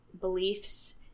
beliefs